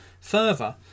further